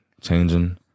Changing